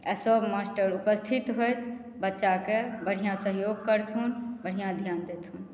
आ सभ मास्टर उपस्थित होथि बच्चाके बढ़िआँ सहयोग करथुन बढ़िआँ ध्यान देथुन